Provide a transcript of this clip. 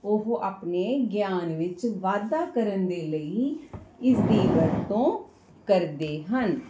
ਉਹ ਆਪਣੇ ਗਿਆਨ ਵਿੱਚ ਵਾਧਾ ਕਰਨ ਦੇ ਲਈ ਇਸ ਦੀ ਵਰਤੋਂ ਕਰਦੇ ਹਨ